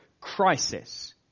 crisis